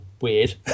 Weird